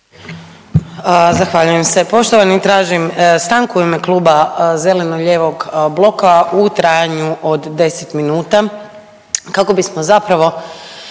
Zahvaljujem se. Poštovani tražim stanku u ime kluba Zeleno-lijevog bloka u trajanju od 10 minuta kako bismo zapravo